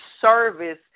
service